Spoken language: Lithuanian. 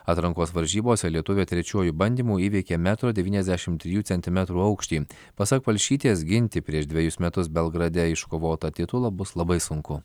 atrankos varžybose lietuvė trečiuoju bandymu įveikė metro devyniasdešim trijų centimetrų aukštį pasak palšytės ginti prieš dvejus metus belgrade iškovotą titulą bus labai sunku